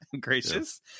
gracious